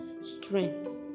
strength